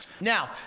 Now